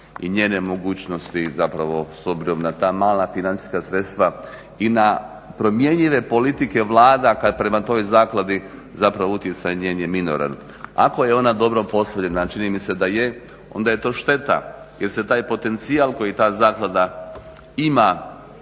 i njene mogućnosti zapravo s obzirom na ta mala financijska sredstva i na promjenjive politike Vlada kada prema toj zakladi zapravo utjecaj njen je minoran. Ako je ona dobro postavljena a čini mi se da je onda je to šteta jer se taj potencijal koji ta zaklada ima